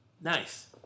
Nice